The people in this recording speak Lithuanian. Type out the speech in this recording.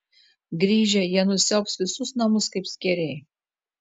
grįžę jie nusiaubs visus namus kaip skėriai